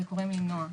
קוראים לי נועה.